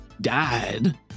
died